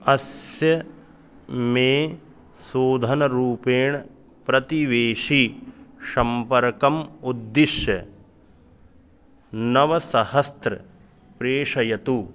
अस्य मे शोधनरूपेण प्रतिवेशी संपर्कम् उद्दिश्य नवसहस्रं प्रेषयतु